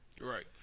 Right